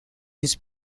his